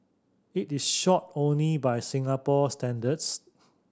it is short only by Singapore standards